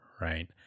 right